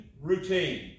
routine